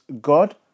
God